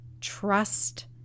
trust